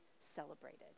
celebrated